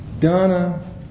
Donna